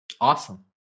Awesome